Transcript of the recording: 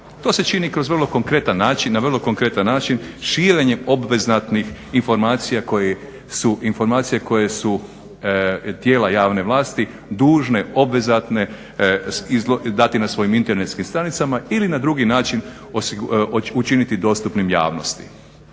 način na vrlo konkretan način širenjem obvezatnih informacija koje su tijela javne vlasti dužne, obvezatne dati na svojim internetskim stranicama ili na drugi način učiniti dostupnim javnosti.